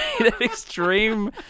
extreme